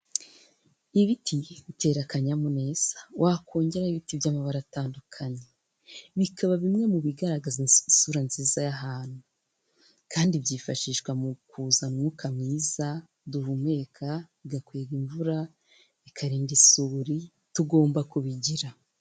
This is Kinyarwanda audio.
Ibiti bitera akanyamuneza, wakongeraho ibiti bya by'amabara atandukanye bikaba bimwe mu bigaragaza isura nziza y'ahantu, kandi byifashishwa mu kuza umwuka mwiza duhumeka, bigakwega imvura, bikarinda isuri, tugomba kubigira.